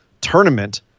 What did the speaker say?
Tournament